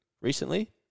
recently